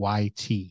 YT